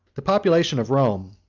the population of rome,